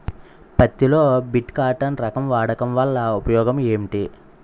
పత్తి లో BT cotton రకం వాడకం వల్ల ఉపయోగం ఏమిటి?